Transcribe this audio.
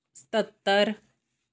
ਸਤੱਤਰ